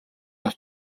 авч